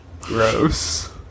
Gross